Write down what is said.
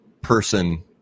person